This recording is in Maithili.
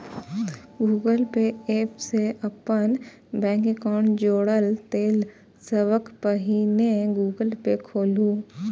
गूगल पे एप सं अपन बैंक एकाउंट जोड़य लेल सबसं पहिने गूगल पे खोलू